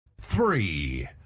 Three